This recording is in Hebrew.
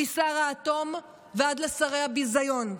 משר האטום ועד לשרי הביזיון.